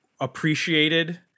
appreciated